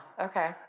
okay